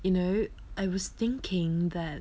you know I was thinking that